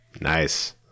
Nice